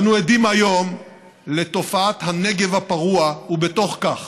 אנו עדים היום לתופעת הנגב הפרוע, ובתוך כך